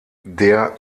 der